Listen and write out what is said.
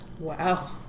Wow